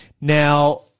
Now